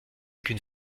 qu’une